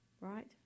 Right